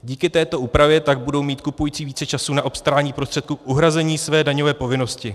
Díky této úpravě tak budou mít kupující více času na obstarání prostředků k uhrazení své daňové povinnosti.